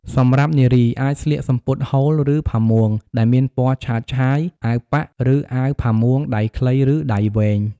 សម្រាប់នារី អាចស្លៀកសំពត់ហូល ឬផាមួងដែលមានពណ៌ឆើតឆាយ អាវប៉ាក់ ឬអាវផាមួងដៃខ្លី ឬដៃវែង។